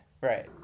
Right